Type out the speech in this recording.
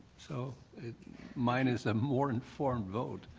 so mine is a more informed vote.